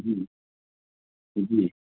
جی جی